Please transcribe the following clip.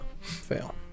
Fail